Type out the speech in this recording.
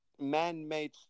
man-made